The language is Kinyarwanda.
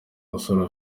musore